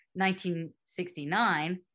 1969